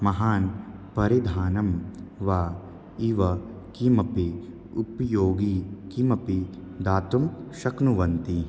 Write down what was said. महान् परिधानं वा इव किमपि उपयोगी किमपि दातुं शक्नुवन्ति